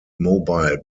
mobile